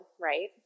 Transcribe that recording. right